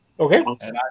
Okay